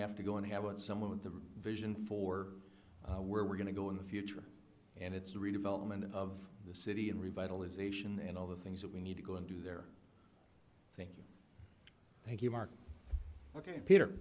have to go and have what someone with the vision for where we're going to go in the future and it's the redevelopment of the city and revitalization and all the things that we need to go into their thinking thank you mark ok peter